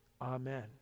Amen